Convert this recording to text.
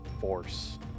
force